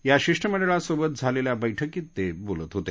या शिष्टमंडळासोबत झालेल्या बैठकीत ते बोलत होते